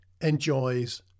enjoys